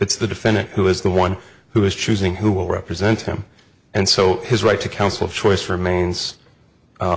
it's the defendant who is the one who is choosing who will represent him and so his right to counsel choice remains